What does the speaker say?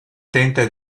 tenta